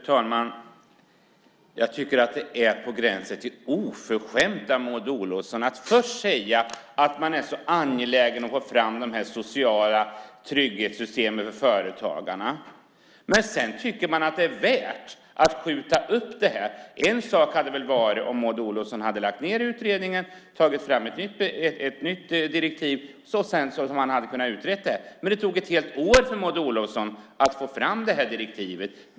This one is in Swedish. Fru talman! Jag tycker att det är på gränsen till oförskämdhet av Maud Olofsson att först säga att man är så angelägen om att få fram sociala trygghetssystem för företagarna. Sedan tycker man att det är värt att skjuta upp det. En sak hade väl varit om Maud Olofsson hade lagt ned utredningen, tagit fram ett nytt direktiv så att man sedan hade kunnat utreda frågan. Men det tog ett helt år för Maud Olofsson att få fram direktivet.